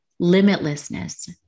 limitlessness